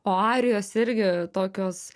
o arijos irgi tokios